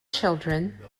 children